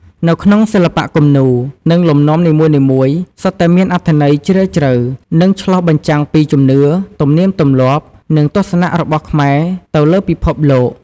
នៅក្នុងសិល្បៈគំនូរ និងលំនាំនីមួយៗសុទ្ធតែមានអត្ថន័យជ្រាលជ្រៅ និងឆ្លុះបញ្ចាំងពីជំនឿ ទំនៀមទម្លាប់ និងទស្សនៈរបស់ខ្មែរទៅលើពិភពលោក។